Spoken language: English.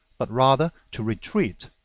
but rather to retreat,